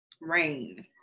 rain